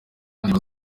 abandi